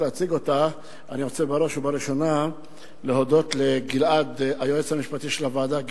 אני רוצה בראש ובראשונה להודות ליועץ המשפטי של הוועדה,